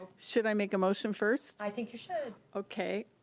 should i make a motion first? i think you should. okay,